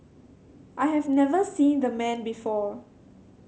I have never seen the man before